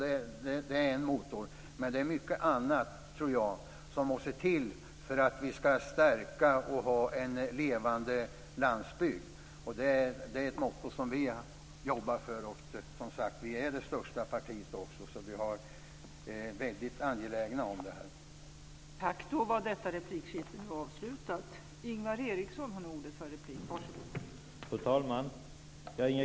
Det är en motor, men det är mycket annat som måste till för att stärka och ha en levande landsbygd. Det är ett motto vi jobbar för. Vi är det största partiet, och vi är angelägna i denna fråga.